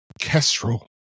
Kestrel